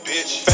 Bitch